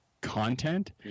content